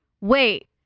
wait